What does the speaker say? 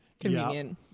Convenient